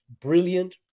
brilliant